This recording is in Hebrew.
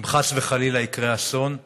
אם חס וחלילה יקרה אסון,